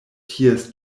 ties